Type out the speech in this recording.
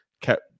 kept